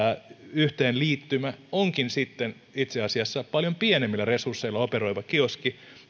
yhteenliittymä onkin sitten itse asiassa paljon pienemmillä resursseilla operoiva kioski